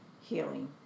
healing